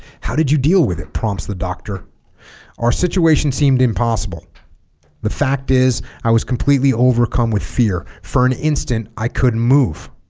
how did you deal with it prompts the doctor our situation seemed impossible the fact is i was completely overcome with fear for an instant i couldn't move